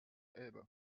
elbe